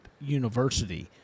university